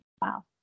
Wow